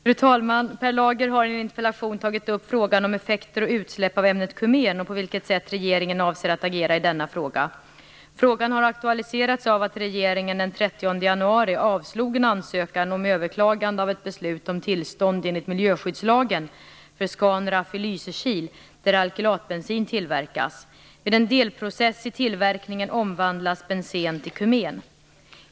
Fru talman! Per Lager har i en interpellation tagit upp frågan om effekter och utsläpp av ämnet kumen och på vilket sätt regeringen avser att agera i denna fråga. Frågan har aktualiserats av att regeringen den 30 januari avslog en ansökan om överklagande av ett beslut om tillstånd enligt miljöskyddslagen för Scanraff i Lysekil, där alkylatbensin tillverkas. Vid en delprocess i tillverkningen omvandlas bensen till kumen.